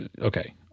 Okay